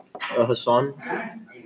Hassan